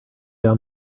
down